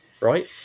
right